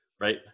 right